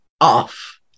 off